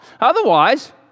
otherwise